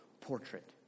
portrait